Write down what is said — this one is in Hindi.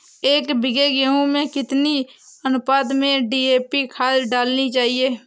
एक बीघे गेहूँ में कितनी अनुपात में डी.ए.पी खाद डालनी चाहिए?